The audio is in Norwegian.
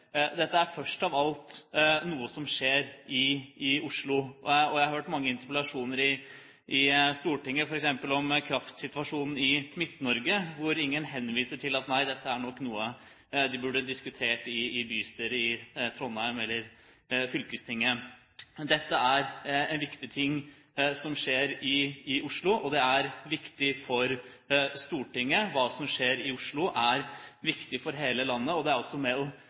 dette er først av alt noe som skjer i Oslo. Jeg har hørt mange interpellasjoner i Stortinget, f.eks. om kraftsituasjonen i Midt-Norge, hvor ingen henviser til at dette er noe de burde diskutert i bystyret i Trondheim eller fylkestinget. Dette er viktige ting som skjer i Oslo, og det er viktig for Stortinget. Hva som skjer i Oslo, er viktig for hele landet. Det er også med